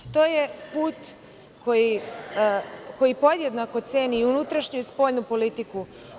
To je put koji podjednako ceni i unutrašnju i spoljnu politiku.